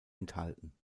enthalten